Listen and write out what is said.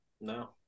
No